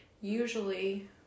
usually